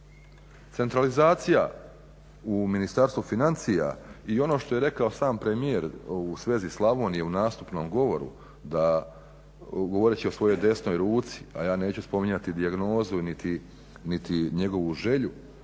Centralizacija u Ministarstvu financija i ono što je rekao sam premijer u svezi Slavonije u nastupnom govoru da govoreći o svojoj desnoj ruci, a ja neću spominjati dijagnozu niti njegovu želju,